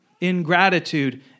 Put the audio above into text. Ingratitude